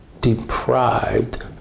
deprived